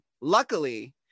Luckily